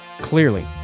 clearly